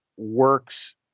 works